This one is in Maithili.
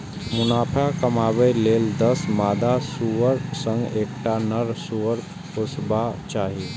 मुनाफा कमाबै लेल दस मादा सुअरक संग एकटा नर सुअर पोसबाक चाही